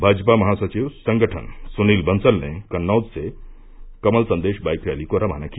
भाजपा महासचिव संगठन सुनील बंसल ने कन्नौज से कमल संदेश बाईक रैली को रवाना किया